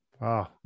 Wow